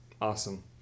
Awesome